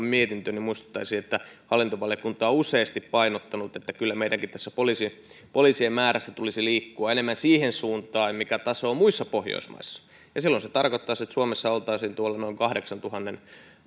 mietintö että hallintovaliokunta on useasti painottanut että kyllä meidänkin tässä poliisien määrässä tulisi liikkua enemmän siihen suuntaan mikä taso on muissa pohjoismaissa ja silloin se tarkoittaisi että suomessa oltaisiin noin kahdeksantuhannen